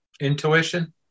intuition